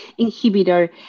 Inhibitor